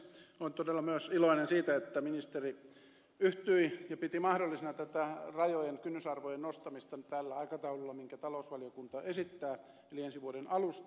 olen todella myös iloinen siitä että ministeri yhtyi ja piti mahdollisena rajojen kynnysarvojen nostamista tällä aikataululla minkä talousvaliokunta esittää eli ensi vuoden alusta